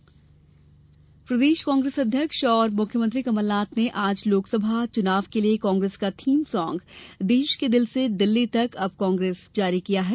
Congress theme सॉग प्रदेश कांग्रेस अध्यक्ष और मुख्यमंत्री कमलनाथ ने आज लोकसभा चुनाव के लिए कांग्रेस का थीम सांग देश के दिल से दिल्ली तक अब कांग्रेस जारी किया है